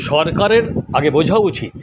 সরকারের আগে বোঝা উচিত